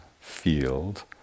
field